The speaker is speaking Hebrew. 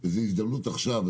וזאת הזדמנות עכשיו.